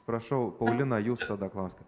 prašau paulina jūs tada klauskit